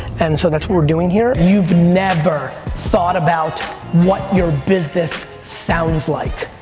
and so that's what we're doing here. you've never thought about what your business sounds like.